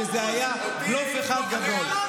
שזה היה בלוף אחד גדול.